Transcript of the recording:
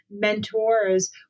mentors